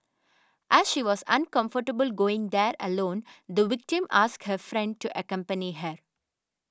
as she was uncomfortable going there alone the victim asked her friend to accompany her